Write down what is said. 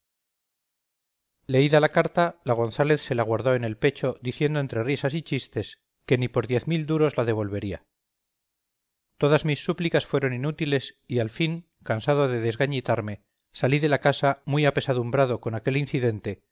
leída la carta la gonzález se la guardó en el pecho diciendo entre risas y chistes que ni por diez mil duros la devolvería todas mis súplicas fueron inútiles y al fin cansado de desgañitarme salí de la casa muy apesadumbrado con aquel incidente